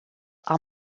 are